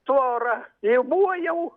tvorą jau buvo jau